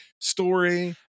story